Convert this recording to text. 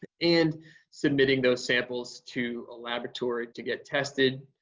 and submitting those samples to a laboratory to get tested.